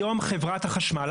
היום חברת החשמל,